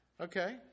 Okay